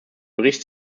bericht